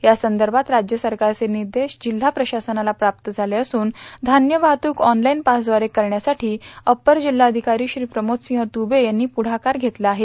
यासंदर्भात राज्य सरकारचे निर्देश जिल्हा प्रशासनाला प्राप्त झाले असून धान्य वाहतूक ऑनलाईन पासद्वारे करण्यासाठी अप्पर जिल्हाधिकारी श्री प्रमोदसिंह दुबे यांनी पुढाकार घेतला आहे